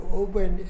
open